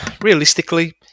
realistically